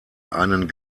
einen